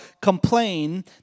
complain